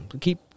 Keep